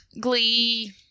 Glee